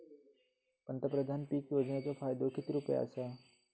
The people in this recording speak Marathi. पंतप्रधान पीक योजनेचो फायदो किती रुपये आसा?